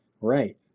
Right